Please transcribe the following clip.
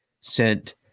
sent